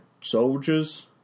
soldiers